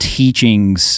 teachings